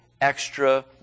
extra